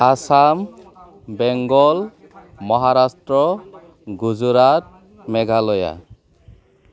Assam Bengal Maharashtra Gujarat Meghalaya